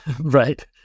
Right